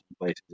places